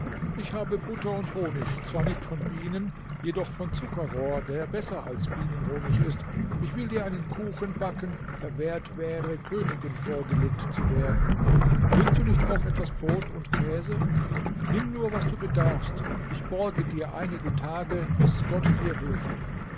ich habe butter und honig zwar nicht von bienen jedoch von zuckerrohr der besser als bienenhonig ist ich will dir einen kuchen backen der wert wäre königen vorgelegt zu werden willst du nicht auch etwas brot und käse nimm nur was du bedarfst ich borge dir einige tage bis gott dir hilft